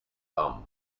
bomb